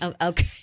Okay